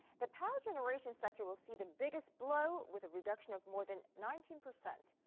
the power generation sector will see the biggest blow with a reduction of more than nineteen percent.